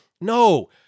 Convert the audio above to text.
No